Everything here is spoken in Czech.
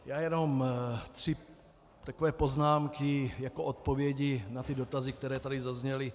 Já jenom chci takové poznámky jako odpovědi na ty dotazy, které tady zazněly.